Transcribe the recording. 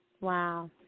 Wow